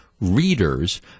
readers